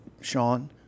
Sean